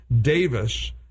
Davis